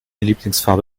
lieblingsfarbe